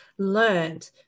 Learned